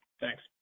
Thanks